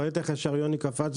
ראית איך עכשיו יוני קפץ,